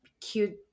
cute